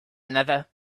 another